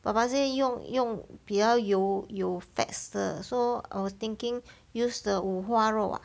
papa say 用用比较有有 fats 的 so I was thinking use the 五花肉 ah